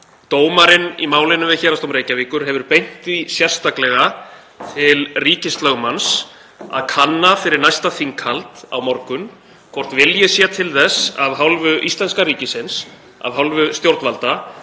dómarinn í málinu við Héraðsdóm Reykjavíkur hefur beint því sérstaklega til ríkislögmanns að kanna fyrir næsta þinghald, á morgun, hvort vilji sé til þess af hálfu íslenska ríkisins, af hálfu stjórnvalda,